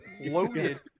loaded